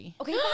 Okay